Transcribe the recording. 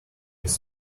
his